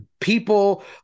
people